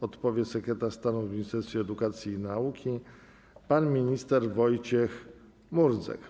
Odpowie sekretarz stanu w Ministerstwie Edukacji i Nauki pan minister Wojciech Murdzek.